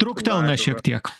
truktelna šiek tiek